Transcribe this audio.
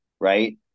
right